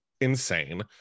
insane